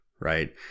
right